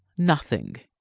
nothing.